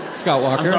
scott walker so